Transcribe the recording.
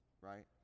right